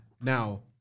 now